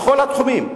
בכל התחומים,